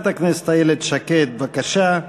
חברת הכנסת איילת שקד, בבקשה.